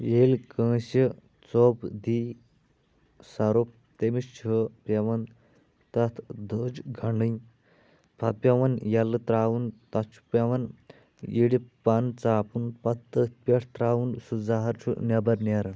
ییٚلہِ کٲنسہِ ژۄپ دِیی سۄرپ تٔمِس چھُ پیٚون تتَھ دٔجۍ گنڈٕنۍ پتہٕ پیٚون ییٚلہٕ تراوُن تتھ چھُ پیٚون یڑِ پٔن ژاپُن پتہٕ تٔتھ پٮ۪ٛٹھ تراوُن سُہ زہَر چھُ نیبَر نیَران